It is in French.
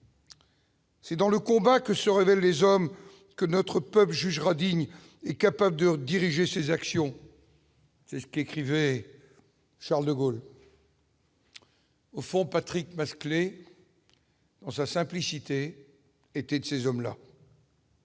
C'est dans le combat que se révèlent les hommes que notre peuple jugera digne et capable de diriger ses actions. C'est ce qu'écrivait Charles-de-Gaulle. Au fond, Patrick Masclet dans sa simplicité était de ces hommes là.